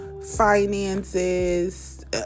finances